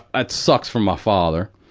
i-it sucks for my father.